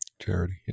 Charity